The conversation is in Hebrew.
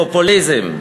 ופופוליזם.